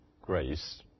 grace